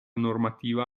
normativa